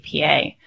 APA